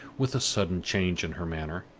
with a sudden change in her manner,